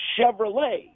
Chevrolet